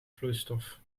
vloeistof